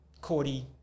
Cody